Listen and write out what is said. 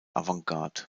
avantgarde